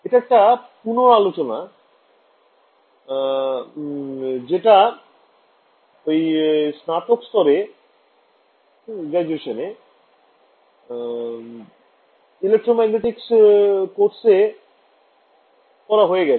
এটা একটা পুনঃআলোচনা যেটা স্নাতক স্তরে electromagnetics course এ করা হয়েছে